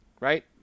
Right